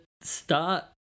start